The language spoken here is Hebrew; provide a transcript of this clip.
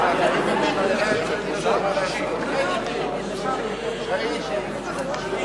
הצעת ועדת הכנסת להעביר את הצעת חוק עובדים זרים (תיקון מס' 14)